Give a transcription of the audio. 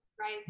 right